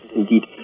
indeed